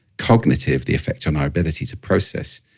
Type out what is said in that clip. cognitive, the effect on our ability to process,